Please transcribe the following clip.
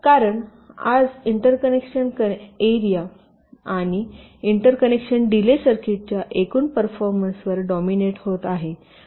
कारण आज interconnection connection area आणि इंटरकनेक्शन डीले सर्किटच्या एकूण परफॉर्मन्सवर डॉमिनेट होत आहे